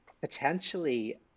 potentially